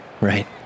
Right